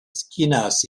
esquinas